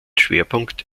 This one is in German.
schwerpunkt